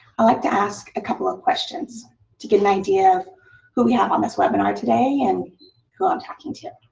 i like to ask a couple of questions to get an idea who we have on this webinar today and who i'm talking to.